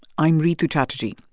i'm rhitu chatterjee,